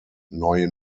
neue